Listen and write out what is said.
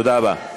תודה רבה.